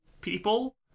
people